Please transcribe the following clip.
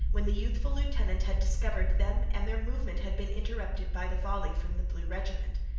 when the youthful lieutenant had discovered them and their movement had been interrupted by the volley from the blue regiment.